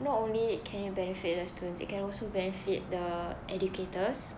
not only can it benefit the students it can also benefit the educators